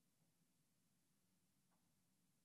לכן